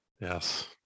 Yes